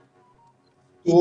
תודה.